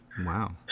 Wow